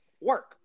work